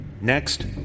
Next